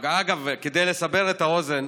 אגב, כדי לסבר את האוזן,